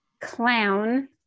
clown